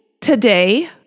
today